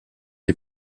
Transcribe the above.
est